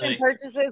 purchases